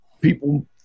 people